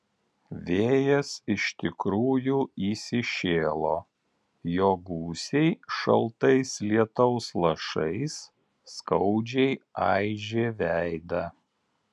vėjas iš tikrųjų įsišėlo jo gūsiai šaltais lietaus lašais skaudžiai aižė veidą